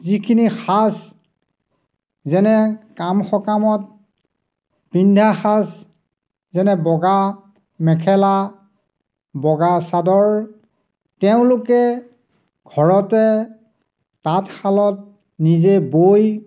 যিখিনি সাজ যেনে কাম সকামত পিন্ধা সাজ যেনে বগা মেখেলা বগা চাদৰ তেওঁলোকে ঘৰতে তাঁতশালত নিজে বৈ